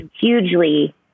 hugely